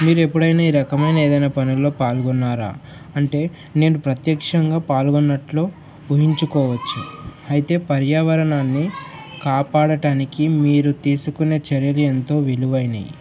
మీరు ఎప్పుడైనా ఈ రకమైన ఏదైనా పనుల్లో పాల్గొన్నారా అంటే నేను ప్రత్యక్షంగా పాల్గొన్నట్లు ఊహించుకోవచ్చు అయితే పర్యావరణాన్ని కాపాడటానికి మీరు తీసుకునే చర్యలు ఎంతో విలువైనయి